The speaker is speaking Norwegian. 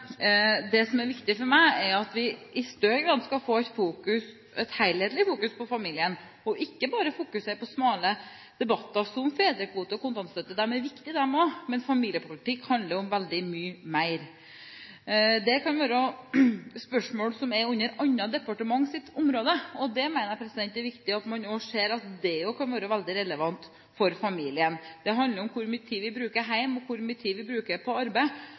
Det som er viktig for meg, er at vi i større grad skal få et helhetlig fokus på familien og ikke bare fokusere på smale debatter, slik som fedrekvote og kontantstøtte. De er også viktige, men familiepolitikk handler om veldig mye mer. Det kan være spørsmål som er under et annet departements område, og det er viktig at man ser at det også kan være veldig relevant for familien. Det handler om hvor mye tid vi bruker hjemme, og hvor mye tid vi bruker på arbeid.